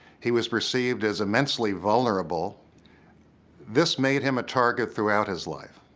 he was perceived as immensely vulnerable this made him a target throughout his life